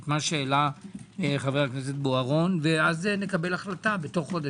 את מה שהעלה חבר הכנסת בוארון ואז נקבל החלטה תוך חודש.